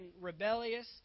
rebellious